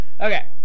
okay